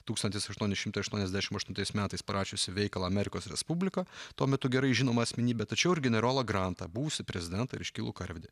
tūkstantis aštuoni šimtai aštuoniasdešimt aštuntais metais parašiusį veikalą amerikos respublika tuo metu gerai žinoma asmenybė tačiau ir generolą grantą buvusį prezidentą ir iškilų karvedį